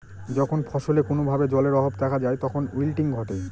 যখন ফসলে কোনো ভাবে জলের অভাব দেখা যায় তখন উইল্টিং ঘটে